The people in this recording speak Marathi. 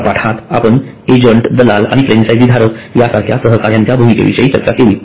या पाठात आपण एजंट दलाल आणि फ्रँचायझी धारक यांसारख्या सहकाऱ्यांच्या भूमिकेविषयी चर्चा केली